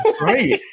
Right